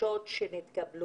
הבקשות שהוגשו